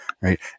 right